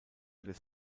des